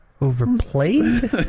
Overplayed